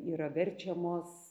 yra verčiamos